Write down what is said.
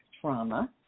trauma